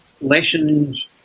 lessons